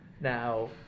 Now